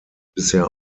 bisher